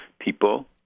people